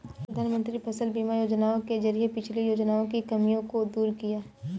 प्रधानमंत्री फसल बीमा योजना के जरिये पिछली योजनाओं की खामियों को दूर किया